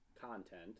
content